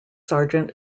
sergeant